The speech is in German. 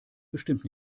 bestimmt